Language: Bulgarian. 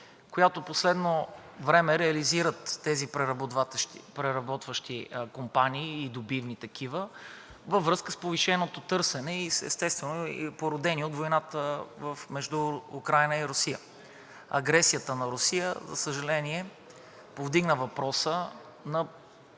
която в последно време реализират тези преработващи компании и добивни такива, във връзка с повишеното търсене и, естествено, породени и от войната между Украйна и Русия. Агресията на Русия, за съжаление, повдигна въпроса на